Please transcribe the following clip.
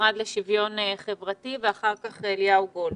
מהמשרד לשוויון חברתי ואחר כך אליהו גולד.